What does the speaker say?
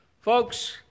Folks